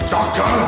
Doctor